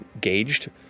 gauged